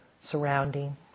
surrounding